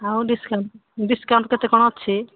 ଆଉ discount discount କେତେ କ'ଣ ଅଛି